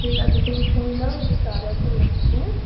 ঠিক আছে তুমি ঘুমিয়ে নাও আমি কাজ আছে আমি রাখছি হ্যাঁ